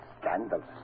Scandal